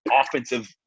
offensive